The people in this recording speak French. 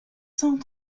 cent